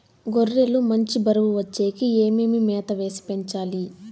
గొర్రె లు మంచి బరువు వచ్చేకి ఏమేమి మేత వేసి పెంచాలి?